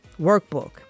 workbook